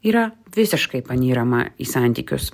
yra visiškai panyrama į santykius